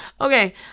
Okay